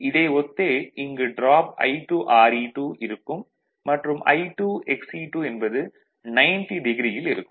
இதை ஒத்தே இங்கு டிராப் I2 Re2 இருக்கும் மற்றும் I2 Xe2 என்பது 90o யில் இருக்கும்